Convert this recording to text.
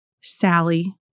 Sally